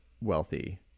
wealthy